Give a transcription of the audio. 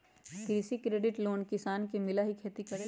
कृषि credit loan किसान के मिलहई खेती करेला?